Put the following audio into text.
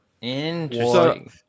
Interesting